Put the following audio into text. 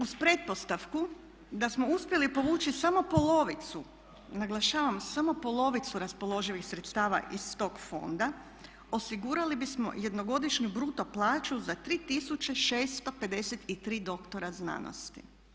Uz pretpostavku da smo uspjeli povući samo polovicu, naglašavam samo polovicu raspoloživih sredstava iz tog fonda osigurali bismo jednogodišnju bruto plaću za 3653 doktora znanosti.